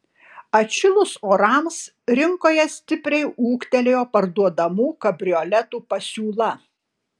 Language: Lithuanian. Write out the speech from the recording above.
atšilus orams rinkoje stipriai ūgtelėjo parduodamų kabrioletų pasiūla